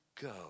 go